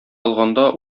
алганда